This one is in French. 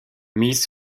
mise